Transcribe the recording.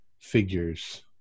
figures